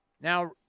Now